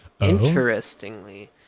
interestingly